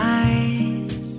eyes